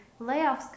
layoffs